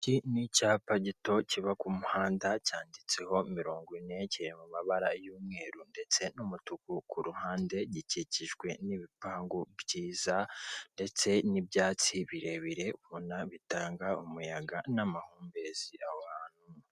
Iki n'icyapa gito kiba k'umuhanda cyanditseho mirongo ine kiri mumabara y'umweru ndetse n'umutuku kuruhande gikikijwe n'ibipangu byiza, ndetse n'ibyatsi birebire ubona bitanga umuyaga n'amahumbezi aho hantu.